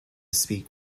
speak